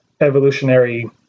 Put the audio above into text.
evolutionary